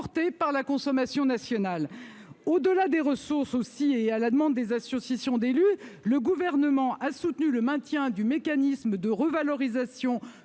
par la consommation nationale. Au-delà des ressources et à la demande des associations d'élus, le Gouvernement a soutenu le maintien du mécanisme de revalorisation